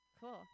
Cool